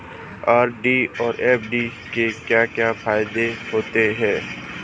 RD और FD के क्या क्या फायदे होते हैं?